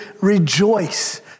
rejoice